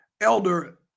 Elder